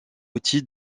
outil